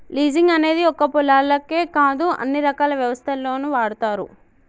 leasing అనేది ఒక్క పొలాలకే కాదు అన్ని రకాల వ్యవస్థల్లోనూ వాడతారు